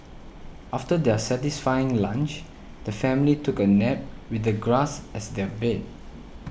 after their satisfying lunch the family took a nap with the grass as their bed